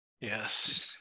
Yes